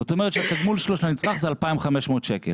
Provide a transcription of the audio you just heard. זאת אומרת שהתשלום שלו של הנצרך זה 2,500 שקל.